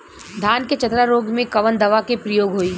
धान के चतरा रोग में कवन दवा के प्रयोग होई?